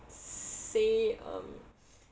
say um